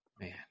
Man